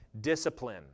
discipline